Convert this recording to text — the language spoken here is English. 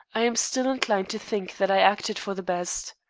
i am still inclined to think that i acted for the best.